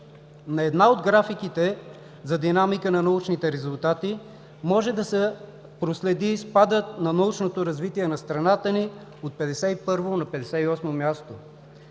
На една от графиките за динамика на научните резултати може да се проследи спадът на научното развитие на страната ни от 51-во на 58-о място.